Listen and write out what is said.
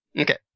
Okay